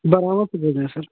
बहरावा से बोल रहे हैं सर